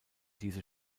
diese